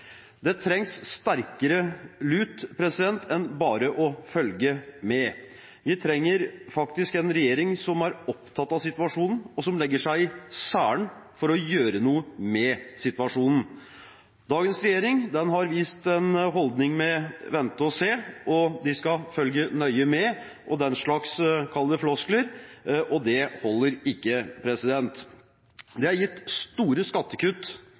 Det trengs sterkere lut enn bare «å følge med». Vi trenger faktisk en regjering som er opptatt av situasjonen og som legger seg i selen for å gjøre noe med situasjonen. Dagens regjering har vist en holdning med «vente og se», og de skal «følge nøye med» – og den slags uttrykk vi kan kalle floskler. Det holder ikke. Det er gitt store skattekutt